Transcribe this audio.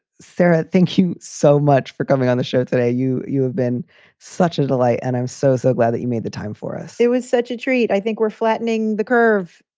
sarah, thank you so much for coming on the show today. you. you have been such a delight. and i'm so, so glad that you made the time for us it was such a treat. i think we're flattening the curve,